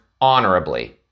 honorably